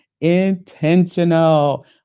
intentional